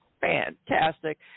fantastic